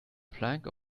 plank